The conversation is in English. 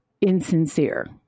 insincere